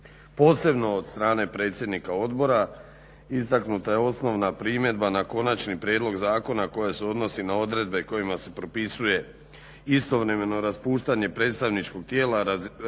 posebno od strane predsjednika odbora istaknuta je osnovna primjedba na Konačni prijedlog zakona koje se odnose na odredbe kojima se propisuje istovremeno raspuštanje predstavničkog tijela i razrješenje